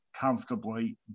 comfortably